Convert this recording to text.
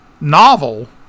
novel